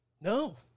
No